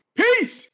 peace